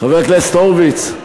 חבר הכנסת הורוביץ,